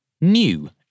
New